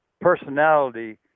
personality